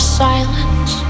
silence